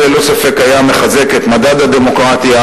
זה ללא ספק היה מחזק את מדד הדמוקרטיה,